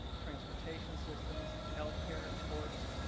transportation systems, health care, courts,